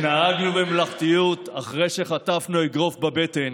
התנהגנו בממלכתיות אחרי שחטפנו אגרוף בבטן.